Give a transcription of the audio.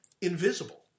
invisible